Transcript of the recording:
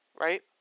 right